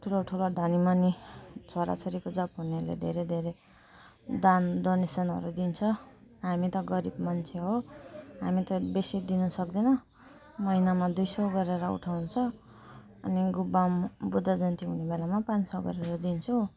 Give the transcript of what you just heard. ठुलो ठुलो धनीमानी छोराछोरीको जाक हुनेले धेरै धेरै दान डोनेसनहरू दिन्छ हामी त गरिब मान्छे हो हामी त बेसी दिनु सक्दैनौँ महिनामा दुई सौ गरेर उठाउँछ अनि गुम्बामा बुद्ध जयन्ती हुने बेलामा पाँच सौ गरेर दिन्छौँ